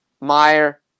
Meyer